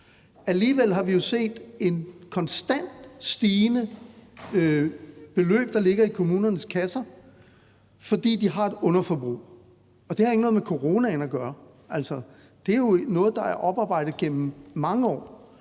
alligevel set, at det er et konstant stigende beløb, der ligger i kommunernes kasser, fordi de har et underforbrug. Det har ikke noget med corona at gøre. Det er jo noget, der er oparbejdet igennem mange år.